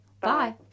Bye